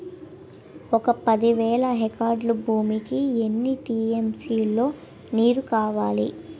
ఒక పది వేల హెక్టార్ల భూమికి ఎన్ని టీ.ఎం.సీ లో నీరు కావాలి?